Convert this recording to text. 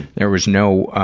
there was no